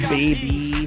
baby